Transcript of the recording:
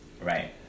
Right